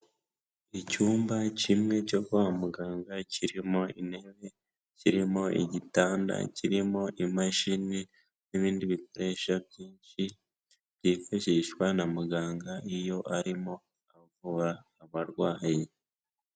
Icyumba kimwe cyo kwa muganga kirimo intebe, kirimo igitanda, kirimo imashini n'ibindi bikoresho byinshi byifashishwa na muganga iyo arimo kuvura abarwayi.